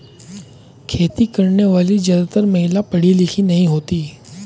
खेती करने वाली ज्यादातर महिला पढ़ी लिखी नहीं होती